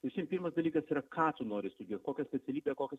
vis vien pirmas dalykas yra ką tu nori studijuot kokią specialybę kokią